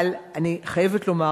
אבל אני חייבת לומר,